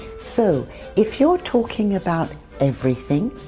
so if you're talking about everything,